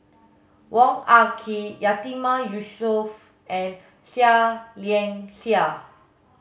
Wong Ah Kee Yatiman Yusof and Seah Liang Seah